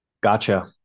Gotcha